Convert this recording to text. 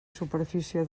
superfície